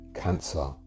Cancer